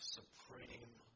supreme